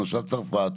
למשל צרפת,